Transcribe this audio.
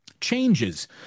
changes